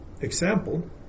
example